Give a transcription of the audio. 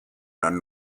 dann